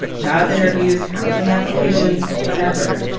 job interviews, housing applications, forever,